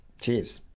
Cheers